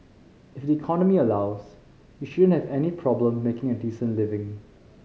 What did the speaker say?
if the economy allows you shouldn't have any problem making a decent living